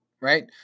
Right